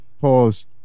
pause